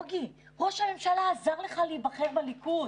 בוגי, ראש הממשלה עזר לך להיבחר בליכוד,